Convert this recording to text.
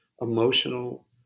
emotional